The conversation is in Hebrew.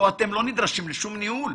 פה אתם לא נדרשים לשום ניהול,